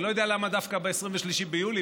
אני לא יודע למה דווקא ב-23 ביולי,